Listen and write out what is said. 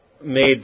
made